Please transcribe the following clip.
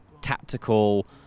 tactical